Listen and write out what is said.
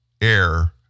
air